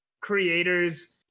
creators